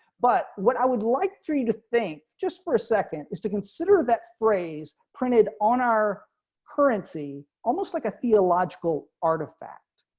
but what i would like for you to think, just for a second is to consider that phrase printed on our currency, almost like a theological artifact,